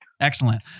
Excellent